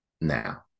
now